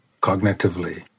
cognitively